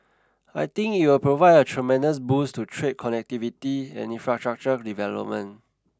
I think it will provide a tremendous boost to trade connectivity and infrastructure development